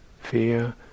fear